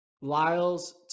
Lyles